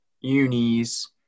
unis